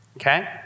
okay